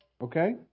okay